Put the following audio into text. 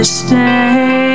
stay